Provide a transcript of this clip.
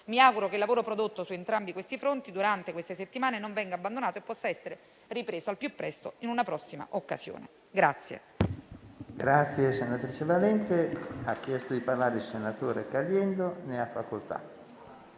Mi auguro che il lavoro prodotto su entrambi i fronti durante queste settimane non venga abbandonato e possa essere ripreso al più presto in una prossima occasione.